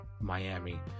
miami